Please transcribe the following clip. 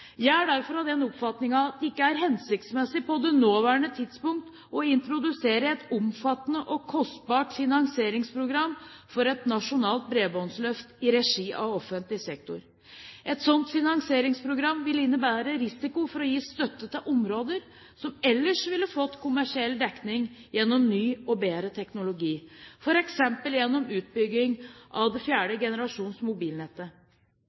Jeg er derfor av den oppfatning at det ikke er hensiktsmessig på det nåværende tidspunkt å introdusere et omfattende og kostbart finansieringsprogram for et nasjonalt bredbåndsløft i regi av offentlig sektor. Et slikt finansieringsprogram vil innebære risiko for å gi støtte til områder som ellers ville fått kommersiell dekning gjennom ny og bedre teknologi, f.eks. gjennom utbygging av